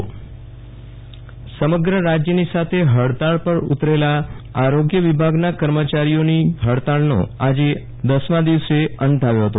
વિરલ રાણા કળતાળ અત સમગ્ર રાજ્યની સાથે હડતાલ પર ઉતરેલા આરોગ્ય વિભાગના કર્મચારીઓની હડતાલનો આજે દસમાં દિવસે અંત આવ્યો છે